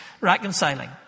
reconciling